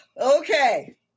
okay